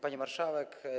Pani Marszałek!